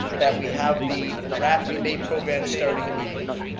that we have the rat rebate program starting immediately.